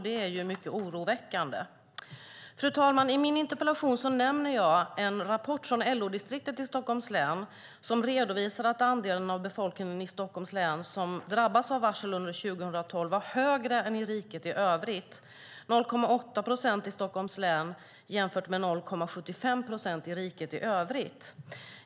Det är mycket oroväckande. Fru talman! I min interpellation nämner jag en rapport från LO-distriktet i Stockholms län som redovisar att andelen av befolkningen i Stockholms län som drabbats av varsel under 2012 var högre än i riket i övrigt: 0,8 procent i Stockholms län jämfört med 0,75 procent i riket i övrigt.